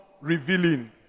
revealing